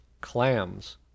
clams